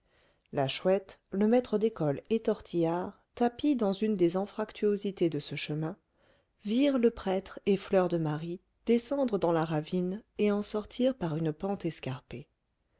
la chouette le maître d'école et tortillard tapis dans une des anfractuosités de ce chemin virent le prêtre et fleur de marie descendre dans la ravine et en sortir par une pente escarpée